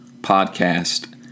podcast